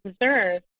deserve